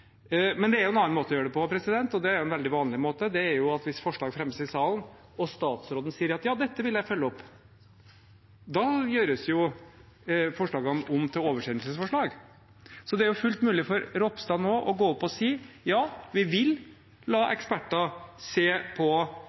Men det er en annen måte å gjøre det på, og det er en veldig vanlig måte: Hvis forslag fremmes i salen og statsråden sier at han vil følge opp dette, gjøres forslagene om til oversendelsesforslag. Det er fullt mulig for statsråd Ropstad nå å gå opp og si: Ja, vi vil la eksperter se på